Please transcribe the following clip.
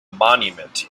monument